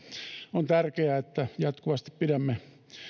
on tärkeää että jatkuvasti pidämme